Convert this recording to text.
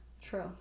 True